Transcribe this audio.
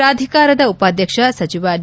ಪ್ರಾಧಿಕಾರದ ಉಪಾಧ್ಯಕ್ಷ ಸಚಿವ ಡಿ